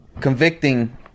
convicting